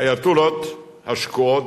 האייטוללות השקועות